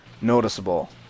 noticeable